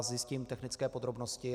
Zjistím technické podrobnosti.